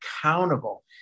accountable